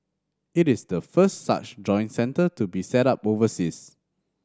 it is the first such joint centre to be set up overseas